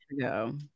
go